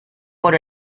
por